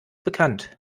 bekannt